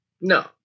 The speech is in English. no